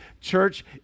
church